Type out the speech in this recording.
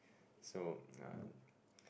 so uh